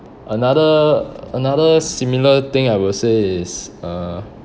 another another similar thing I will say is uh